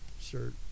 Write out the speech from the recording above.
shirt